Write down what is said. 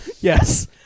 Yes